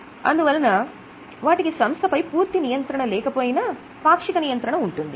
అందువలన వాటికి సంస్థపై పూర్తి నియంత్రణ లేకపోయినా పాక్షిక నియంత్రణ ఉంటుంది